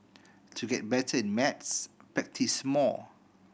to get better at maths practise more